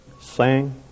sang